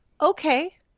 Okay